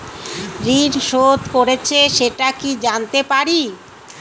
ঋণ শোধ করেছে সেটা কি জানতে পারি?